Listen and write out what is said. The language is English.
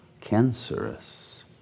cancerous